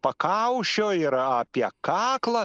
pakaušio yra apie kaklą